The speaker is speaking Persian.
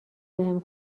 بهم